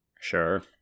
Sure